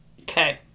Okay